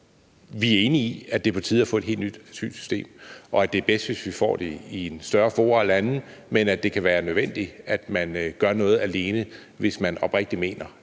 vi er enige i, at det er på tide at få et helt nyt system, og at det er bedst, hvis vi får det i et større forum af lande, men at det kan være nødvendigt, at man gør noget alene, hvis man oprigtigt mener,